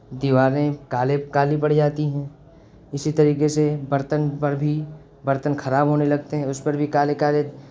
دیواریں کالے کالی پڑ جاتی ہیں اسی طریقے سے برتن پر بھی برتن خراب ہونے لگتے ہیں اس پر بھی کالے کالے